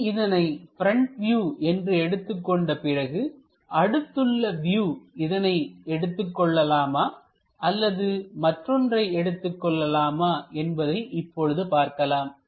இனி இதனை front view என்று எடுத்துக் கொண்ட பிறகு அடுத்துள்ள வியூ இதனை எடுத்துக் கொள்ளலாமா அல்லது மற்றொன்று எடுத்துக்கொள்ளலாமா என்பதை இப்பொழுது பார்க்கலாம்